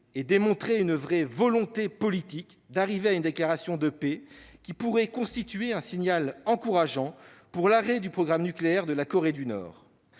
et démontrer une vraie volonté politique d'arriver à une déclaration de paix, qui pourrait constituer un signal encourageant pour l'arrêt du programme nucléaire de la Corée du Nord.